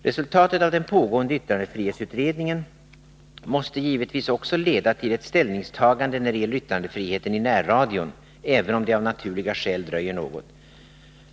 Resultatet av den pågående yttrandefrihetsutredningen måse givetvis också leda till ett ställningstagande när det gäller yttrandefriheten i närradion, även om det av naturliga skäl dröjer något.